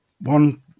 one